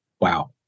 wow